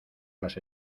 las